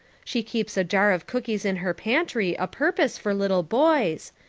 she keeps a jar of cookies in her pantry a-purpose for little boys,